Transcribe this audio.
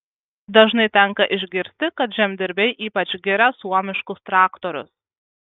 dažnai tenka išgirsti kad žemdirbiai ypač giria suomiškus traktorius